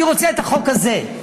אני רוצה את החוק הזה,